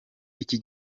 iki